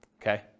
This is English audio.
Okay